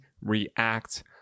react